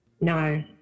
No